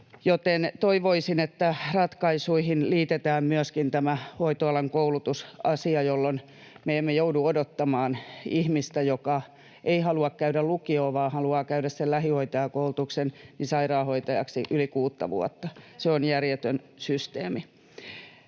joten toivoisin, että ratkaisuihin liitetään myöskin tämä hoitoalan koulutusasia, jolloin me emme joudu odottamaan ihmistä, joka ei halua käydä lukiota vaan haluaa käydä sen lähihoitajakoulutuksen, sairaanhoitajaksi yli kuutta vuotta. Se on järjetön systeemi.